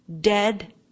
dead